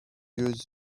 use